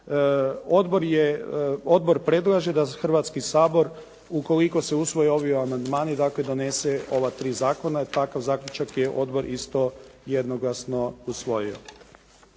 Odbor predlaže da Hrvatski sabor ukoliko se usvoje ovi amandmani, dakle donese ova 3 zakona. Takav zaključak je odbor isto jednoglasno usvojio.